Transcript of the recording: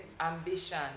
ambition